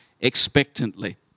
expectantly